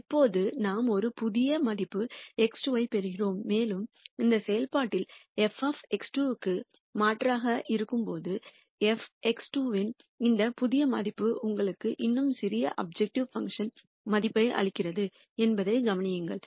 இப்போது நாம் ஒரு புதிய மதிப்பு x2 ஐப் பெறுகிறோம் மேலும் இந்த செயல்பாட்டில் f க்கு மாற்றாக இருக்கும்போது f x2 இன் இந்த புதிய மதிப்பு உங்களுக்கு இன்னும் சிறிய அப்ஜெக்டிவ் பங்க்ஷன் மதிப்பை அளிக்கிறது என்பதைக் கவனியுங்கள்